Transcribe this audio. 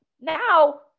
now